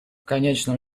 конечном